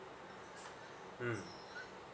mm